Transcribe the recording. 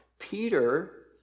Peter